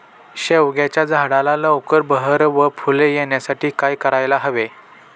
शेवग्याच्या झाडाला लवकर बहर व फूले येण्यासाठी काय करायला हवे?